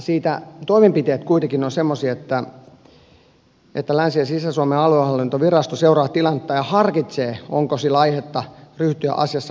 siitä toimenpiteet kuitenkin ovat sellaisia että länsi ja sisä suomen aluehallintovirasto seuraa tilannetta ja harkitsee onko sillä aihetta ryhtyä asiassa uhkasakkomenettelyyn